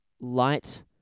light